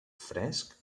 fresc